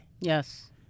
Yes